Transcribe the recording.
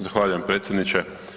Zahvaljujem predsjedniče.